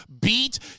beat